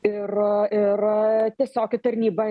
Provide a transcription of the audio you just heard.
ir ir tiesiog į tarnybą